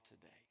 today